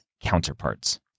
counterparts